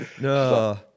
no